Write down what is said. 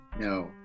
No